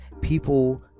People